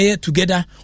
together